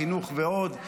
חינוך ועוד,